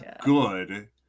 good